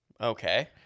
Okay